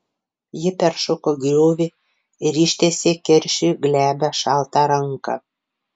ji peršoko griovį ir ištiesė keršiui glebią šaltą ranką